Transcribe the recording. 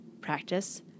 practice